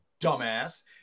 dumbass